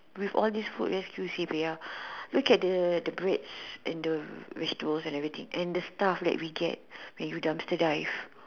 with all this food rescue C_P_R look at the the breads and the vegetables and everything and the stuff that we get when you dumpster dive